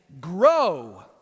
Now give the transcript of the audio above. grow